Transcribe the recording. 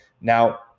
now